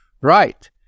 right